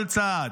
כל צעד,